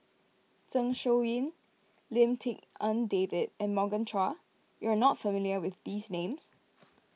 Zeng Shouyin Lim Tik En David and Morgan Chua you are not familiar with these names